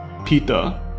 Peter